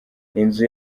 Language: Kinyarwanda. inzu